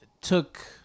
took